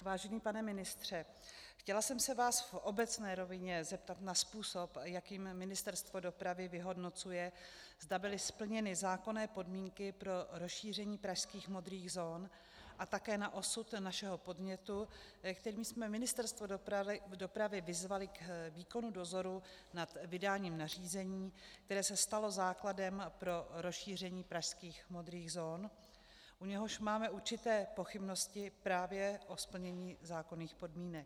Vážený pane ministře, chtěla jsem se vás v obecné rovině zeptat na způsob, jakým Ministerstvo dopravy vyhodnocuje, zda byly splněny zákonné podmínky pro rozšíření pražských modrých zón, a také na osud našeho podnětu, kterým jsme Ministerstvo dopravy vyzvali k výkonu dozoru nad vydáním nařízení, které se stalo základem pro rozšíření pražských modrých zón, u něhož máme určité pochybnosti právě o splnění zákonných podmínek.